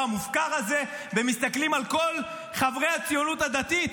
המופקר הזה ומסתכלות על כל חברי הציונות הדתית,